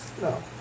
No